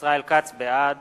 (קורא בשמות חברי הכנסת) ישראל כץ, בעד